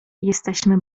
jesteśmy